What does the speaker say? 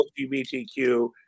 LGBTQ